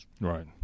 Right